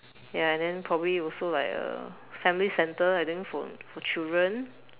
ya and then probably also like uh family centre I think for for children